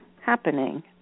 happening